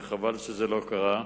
וחבל שזה לא קרה.